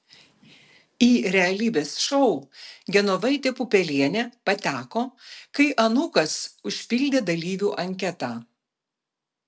į realybės šou genovaitė pupelienė pateko kai anūkas užpildė dalyvių anketą